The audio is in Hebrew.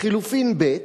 לחלופין ב',